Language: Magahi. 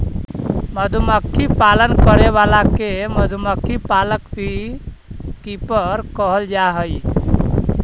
मधुमक्खी पालन करे वाला के मधुमक्खी पालक बी कीपर कहल जा हइ